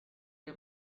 les